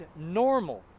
normal